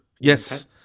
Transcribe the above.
Yes